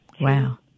Wow